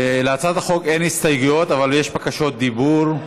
להצעת החוק אין הסתייגויות אבל יש בקשות דיבור.